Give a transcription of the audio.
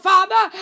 Father